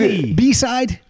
B-side